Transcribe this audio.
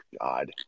God